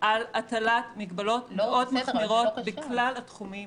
על הטלת מגבלות אמד מחמירות בכלל התחומים: